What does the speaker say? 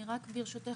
ברשותך,